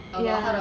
ya